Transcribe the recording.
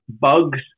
Bugs